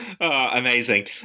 Amazing